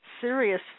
serious